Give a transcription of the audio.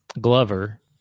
Glover